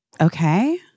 okay